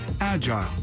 agile